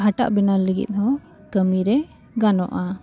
ᱦᱟᱴᱟᱜ ᱵᱮᱱᱟᱣ ᱞᱟᱹᱜᱤᱫ ᱦᱚᱸ ᱠᱟᱹᱢᱤᱨᱮ ᱜᱟᱱᱚᱜᱼᱟ